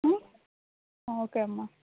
okay అమ్మ